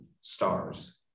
stars